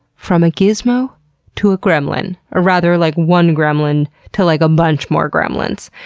from a gizmo to a gremlin. or rather, like one gremlin to like, a bunch more gremlins.